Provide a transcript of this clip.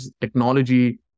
technology